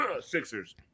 Sixers